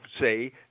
say